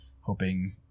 hoping